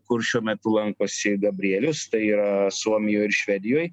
kur šiuo metu lankosi gabrielius tai yra suomijoj ir švedijoj